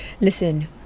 listen